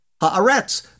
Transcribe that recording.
Haaretz